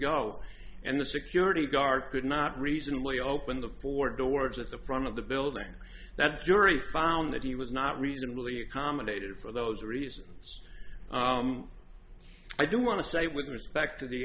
go and the security guard could not reasonably open the four doors at the front of the building that jury found that he was not reasonably accommodated for those reasons i don't want to say with respect to the